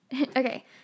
Okay